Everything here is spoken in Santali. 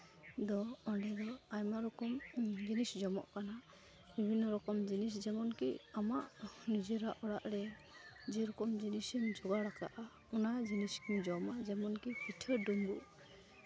ᱫᱚ ᱚᱸᱰᱮ ᱫᱚ ᱟᱭᱢᱟ ᱨᱚᱠᱚᱢ ᱡᱤᱱᱤᱥ ᱡᱚᱢᱚᱜ ᱠᱟᱱᱟ ᱵᱤᱵᱷᱤᱱᱱᱚ ᱨᱚᱠᱚᱢ ᱡᱤᱱᱤᱥ ᱡᱮᱢᱚᱱ ᱠᱤ ᱟᱢᱟᱜ ᱱᱤᱡᱮᱨᱟᱜ ᱚᱲᱟᱜ ᱨᱮ ᱡᱮᱨᱚᱠᱚᱢ ᱡᱤᱱᱤᱥ ᱮᱢ ᱡᱳᱜᱟᱲ ᱠᱟᱜᱼᱟ ᱚᱱᱟ ᱡᱤᱱᱤᱥ ᱜᱮᱢ ᱡᱚᱢᱟ ᱡᱮᱢᱚᱱᱠᱤ ᱯᱤᱴᱷᱟᱹ ᱰᱩᱢᱵᱩᱜ